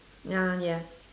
ah ya